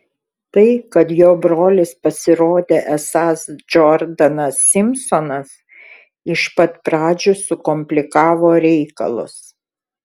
tai kad jo brolis pasirodė esąs džordanas simpsonas iš pat pradžių sukomplikavo reikalus